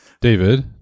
David